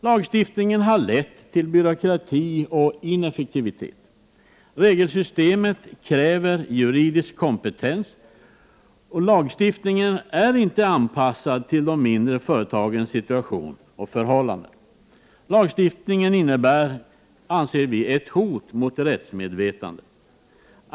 Lagstiftningen har lett till byråkrati och ineffektivitet. Regelsystemet kräver juridisk kompetens, och lagstiftningen är inte anpassad till de mindre företagens situation och förhållanden. Lagstiftningen innebär, anser vi, ett hot mot rättsmedvetandet.